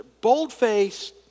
boldface